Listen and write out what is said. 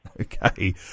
Okay